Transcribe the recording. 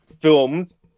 films